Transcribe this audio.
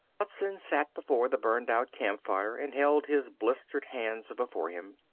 hudson sat before the burned-out campfire and held his blistered hands before him.